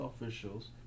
officials